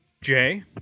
Jay